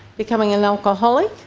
becoming an alcoholic.